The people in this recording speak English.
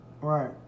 Right